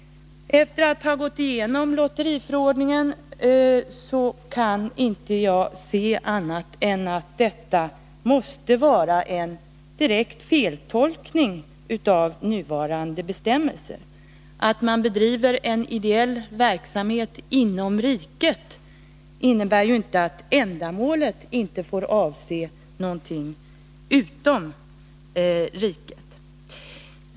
Efter att ha gått igenom lotteriförordningen kan inte jag inse annat än att detta måste vara en direkt feltolkning av nuvarande bestämmelse. Att man bedriver en ideell verksamhet inom riket innebär ju inte att ändamålet inte får avse någonting utom riket.